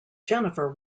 jennifer